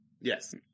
yes